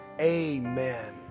Amen